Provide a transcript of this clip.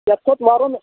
یَتھ چھِ اَسہِ کَرُن